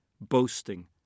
boasting